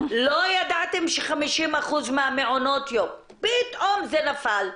לא ידעתם ש-50% מהמעונות יום - פתאום זה נפל.